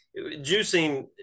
juicing